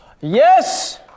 Yes